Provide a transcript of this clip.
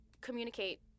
communicate